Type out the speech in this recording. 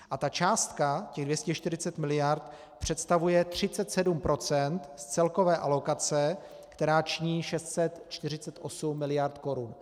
A ta částka 240 miliard představuje 37 % z celkové alokace, která činí 648 miliard korun.